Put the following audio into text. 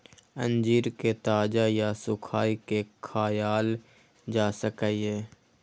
अंजीर कें ताजा या सुखाय के खायल जा सकैए